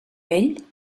vell